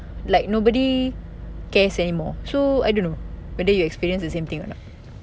like nobody cares anymore so I don't know whether you experience the same thing or not